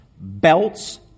belts